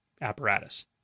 apparatus